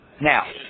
Now